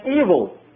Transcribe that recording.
evil